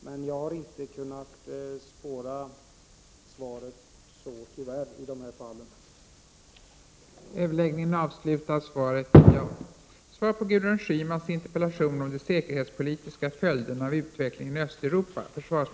Men jag har inte kunnat spåra något sådant i svaren i detta fall, tyvärr.